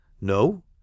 No